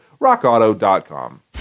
rockauto.com